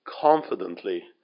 confidently